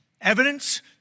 evidence